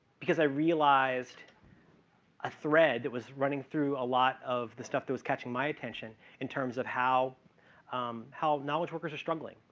because i realized a thread that was running through a lot of the stuff that was catching my attention in terms of how how knowledge workers are struggling.